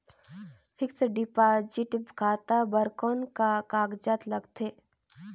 Fixed deposit खाता बर कौन का कागजात लगथे?